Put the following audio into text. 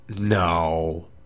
No